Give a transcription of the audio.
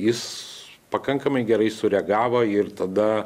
jis pakankamai gerai sureagavo ir tada